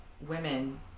women